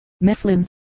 Mifflin